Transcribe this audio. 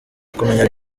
kumenya